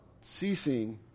ceasing